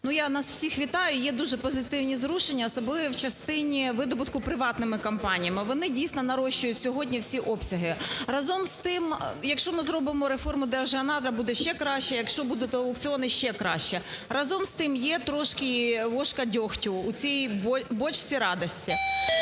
я нас всіх вітаю, є дуже позитивні зрушення, особливо в частині видобутку приватними кампаніями. Вони, дійсно, нарощують сьогодні всі обсяги. Разом з тим, якщо ми зробимо реформуДержгеонадр, буде ще краще. Якщо будуть аукціони, буде ще краще. Разом з тим, є трошки ложка дьогтю у цій бочці радості.